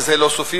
וזה לא סופי,